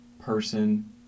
person